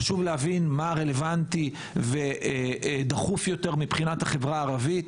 חשוב להבין מה רלוונטי ודחוף יותר מבחינת החברה הערבית.